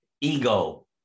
ego